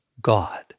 God